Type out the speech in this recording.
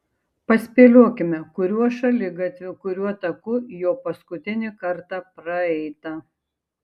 paspėliokime kuriuo šaligatviu kuriuo taku jo paskutinį kartą praeita